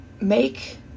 Make